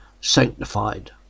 sanctified